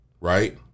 right